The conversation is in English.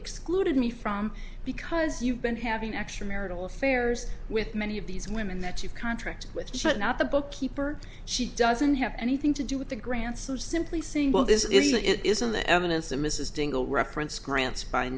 excluded me from because you've been having extramarital affairs with many of these women that you contract with but not the bookkeeper she doesn't have anything to do with the grants i'm simply saying well this is it isn't the evidence that mrs dingell reference grants by